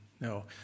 no